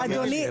תאמיני לי.